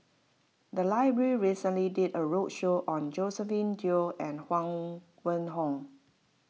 the library recently did a roadshow on Josephine Teo and Huang Wenhong